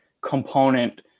component